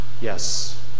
Yes